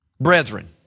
brethren